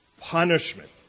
punishment